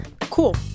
Cool